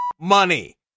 money